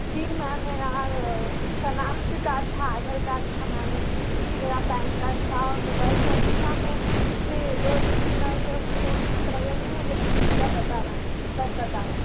جی ma'am میرا اور شناختی کارڈ تھا آدھار کارڈ تھا میم اس میں میرا پین کارڈ تھا اور موبائل فون بھی تھا میں اتنے دو دن سے میں اسے فون کر رہی ہوں لیکن سوئچ آف بتا رہا ہے بند بتا رہا ہے